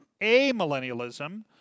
amillennialism